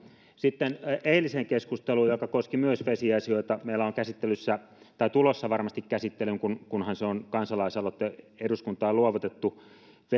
sitten eiliseen keskusteluun joka koski myös vesiasioita meillä on käsittelyssä tai tulossa varmasti käsittelyyn kunhan se on eduskuntaan luovutettu kansalaisaloite